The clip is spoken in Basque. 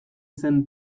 zen